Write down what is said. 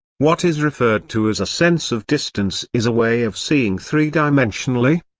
what is referred to as a sense of distance is a way of seeing three-dimensionally.